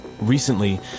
Recently